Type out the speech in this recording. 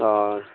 ہاں